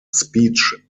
speech